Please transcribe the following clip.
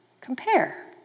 compare